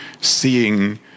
seeing